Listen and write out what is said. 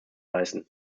leisten